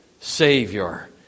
Savior